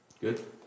Good